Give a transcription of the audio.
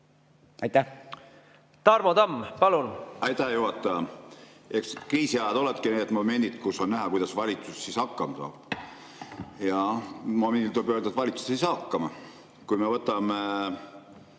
palun! Tarmo Tamm, palun!